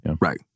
Right